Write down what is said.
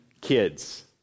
kids